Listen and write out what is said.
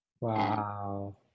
Wow